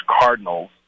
Cardinals